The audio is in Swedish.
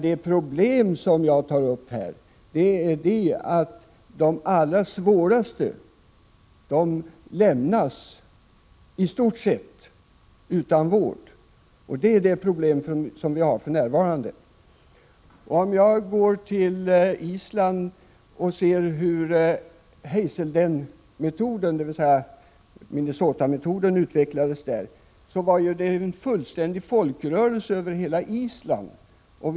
Det problem som jag tar upp på denna punkt är att de allra svåraste fallen i stort sett lämnas utan vård. Vad gäller förhållandena på Island kan jag nämna att den s.k. Hazeldenmodellen, även kallad Minnesota-modellen, där utvecklats till en formlig folkrörelse över hela landet.